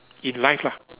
in life lah